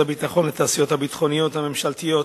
הביטחון לתעשיות הביטחוניות הממשלתיות.